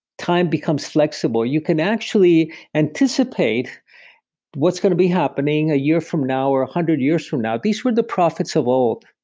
time becomes flexible. you can actually anticipate what's going to be happening a year from now, or one hundred years from now. these were the prophets of old.